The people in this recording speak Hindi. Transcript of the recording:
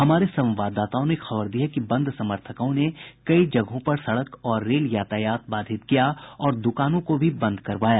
हमारे संवाददाताओं ने खबर दी है कि बंद समर्थकों ने कई जगहों पर सड़क और रेल यातायात बाधित किया और दुकानों को भी बंद करवाया